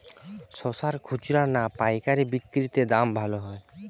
শশার খুচরা না পায়কারী বিক্রি তে দাম ভালো হয়?